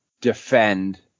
defend